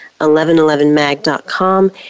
1111mag.com